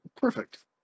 Perfect